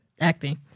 acting